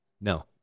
No